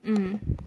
mm